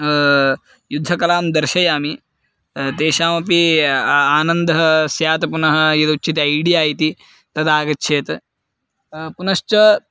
युद्धकलां दर्शयामि तेषामपि आनन्दः स्यात् पुनः यदुच्यते ऐडिया इति तदागच्छेत् पुनश्च